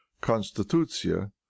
constitution